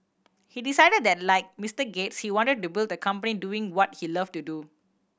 he decided that like Mister Gates he wanted to build a company doing what he loved to do